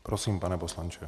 Prosím, pane poslanče.